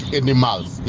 animals